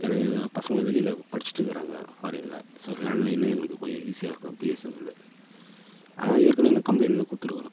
ஏன்னா எங்கள் பசங்களை வெளியில் படிச்சிகிட்டுருக்கறாங்க ஃபாரின்ல சரி லேண்ட்லைனு எங்களுக்கு கொஞ்சும் ஈஸியாக இருக்கும் பிஎஸ்என்எல்லு ஆனால் ஏற்கனவே நான் கம்ப்லைண்ட்லாம் கொடுத்துருக்கறோம்